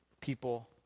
people